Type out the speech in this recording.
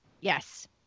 Yes